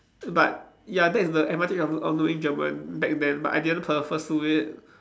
but ya that's the advantage of of doing German back then but I didn't clear pursue it